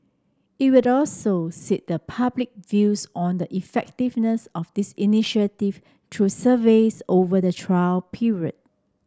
it will also seek the public views on the effectiveness of this initiative through surveys over the trial period